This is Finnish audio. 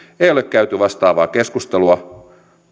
ei ole käyty vastaavaa keskustelua